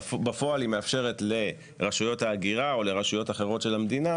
מאפשרת לרשויות ההגירה או לרשויות אחרות של המדינה